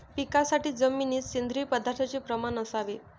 पिकासाठी जमिनीत सेंद्रिय पदार्थाचे प्रमाण असावे